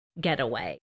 getaway